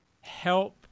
help